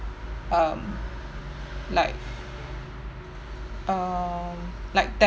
um like uh like